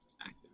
active